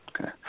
Okay